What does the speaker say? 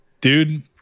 Dude